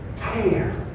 care